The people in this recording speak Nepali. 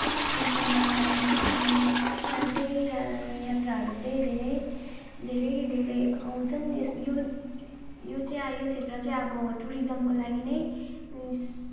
सुन्नमा आउँछ अनि यहाँ चाहिँ यहाँ यात्राहरू चाहिँ धेरै धेरै धेरै आउँछन् यस यो यो चाहिँ यो क्षेत्र चाहिँ अब टुरिज्मको लागि नै अनि स